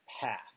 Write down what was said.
path